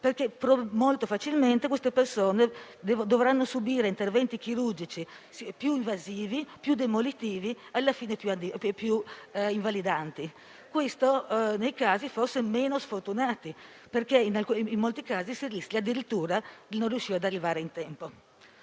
perché molto facilmente queste persone dovranno subire interventi chirurgici più invasivi, più demolitivi e alla fine più invalidanti. Questo nei casi forse meno sfortunati, perché in molti altri si rischia addirittura di non riuscire ad arrivare in tempo.